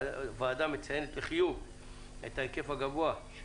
הוועדה מציינת בחיוב את ההיקף הגבוה של